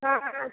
हाँ